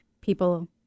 people